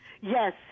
Yes